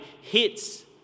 hits